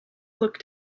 look